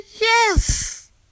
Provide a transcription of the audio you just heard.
Yes